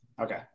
Okay